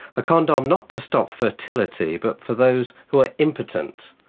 a condom not to stop fertility but for those who are impotent.